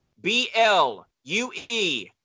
B-L-U-E